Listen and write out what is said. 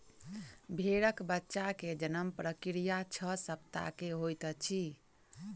भेड़क बच्चा के जन्म प्रक्रिया छह सप्ताह के होइत अछि